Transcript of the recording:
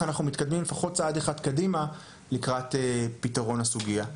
אנחנו מתקדמים לפחות צעד אחד קדימה לקראת פתרון הסוגיה.